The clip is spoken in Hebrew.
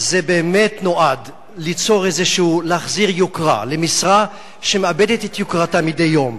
זה באמת נועד להחזיר יוקרה למשרה שמאבדת את יוקרתה מדי יום.